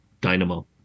dynamo